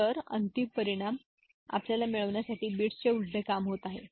तर अंतिम परिणाम आपल्याला मिळवण्यासाठी बिट्सचे उलट काम होत आहे हे ठीक आहे का